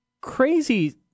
crazy